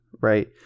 right